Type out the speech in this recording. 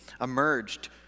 emerged